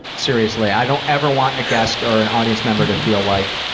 seriously, i don't ever want a guest or an audience member to feel like,